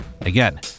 Again